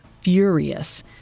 furious